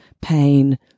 pain